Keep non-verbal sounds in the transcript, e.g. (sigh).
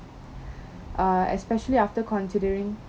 (breath) err especially after considering